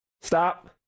Stop